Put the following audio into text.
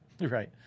Right